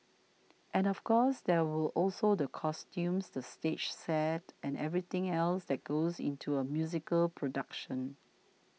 and of course there were also the costumes the stage sets and everything else that goes into a musical production